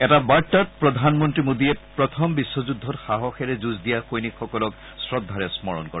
এটা বাৰ্তাত প্ৰধানমন্তী মোদীয়ে প্ৰথম বিখ্যুদ্ধত সাহসেৰে যুঁজ দিয়া সৈনিক সকলক শ্ৰদ্ধাৰে স্মৰণ কৰে